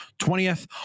20th